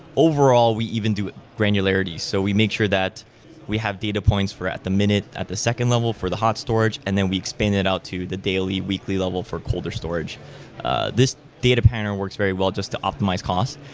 overall, we even go granularities. so we make sure that we have data points for at the minute, at the second level for the hot storage, and then we expand it out to the daily, weekly level for colder storage this data pattern works very well just to optimize cost.